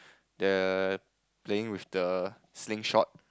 the playing with the slingshot